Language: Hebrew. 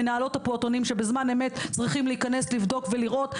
מנהלות הפעוטונים שבזמן אמת צריכים להיכנס לבדוק ולראות,